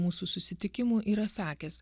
mūsų susitikimų yra sakęs